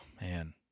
man